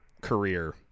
career